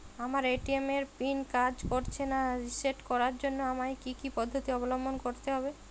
আমার এ.টি.এম এর পিন কাজ করছে না রিসেট করার জন্য আমায় কী কী পদ্ধতি অবলম্বন করতে হবে?